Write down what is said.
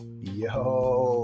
yo